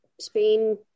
Spain